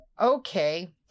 Okay